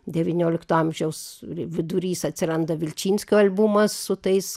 devyniolikto amžiaus vidurys atsiranda vilčinskio albumas su tais